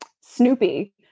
Snoopy